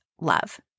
love